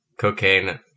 cocaine